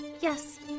Yes